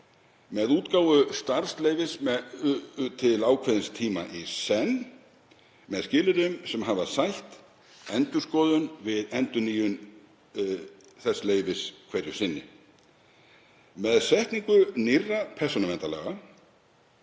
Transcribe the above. með útgáfu starfsleyfis til ákveðins tíma í senn, með skilyrðum sem hafa sætt endurskoðun við endurnýjun þess leyfis hverju sinni. Með setningu nýrra persónuverndarlaga,